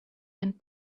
and